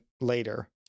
later